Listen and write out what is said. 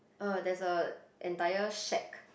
uh there's a entire shack